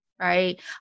Right